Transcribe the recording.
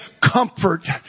comfort